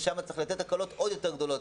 ששם צריך לתת הקלות עוד יותר גדולות,